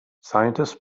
scientists